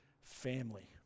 family